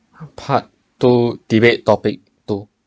part two debate topic two